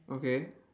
okay